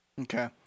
okay